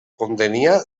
contenia